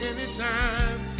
Anytime